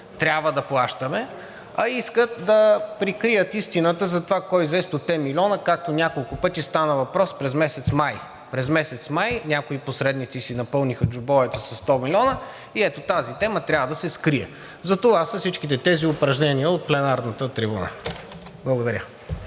трябва да плащаме, а искат да прикрият истината за това кой взе 100-те милиона, както няколко пъти става въпрос, през месец май. През месец май някои посредници си напълниха джобовете със 100 милиона и ето тази тема трябва да се скрие. Затова са всичките тези упражнения от пленарната трибуна. Благодаря.